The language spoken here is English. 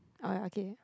oh okay